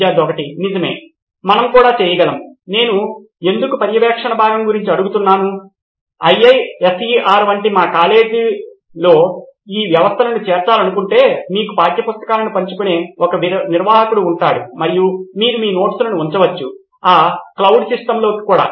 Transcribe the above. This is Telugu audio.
స్టూడెంట్ 1 నిజమే మనం కూడా చేయగలం నేను ఎందుకు పర్యవేక్షణ భాగం గురించి అడుగుతున్నాను ఐఐఎస్ఇఆర్ వంటి మా కాలేజీలో ఈ వ్యవస్థలను చేర్చాలనుకుంటే మీకు పాఠ్యపుస్తకాలను పంచుకునే ఒక నిర్వాహకుడు ఉంటాడు మరియు మీరు మీ నోట్స్లను ఉంచవచ్చు ఆ క్లౌడ్ సిస్టమ్లోకి కూడా